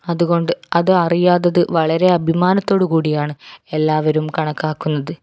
അതുകൊണ്ട് അത് അറിയാത്തത് വളരെ അഭിമാനത്തോടുകൂടിയാണ് എല്ലാവരും കണക്കാക്കുന്നത്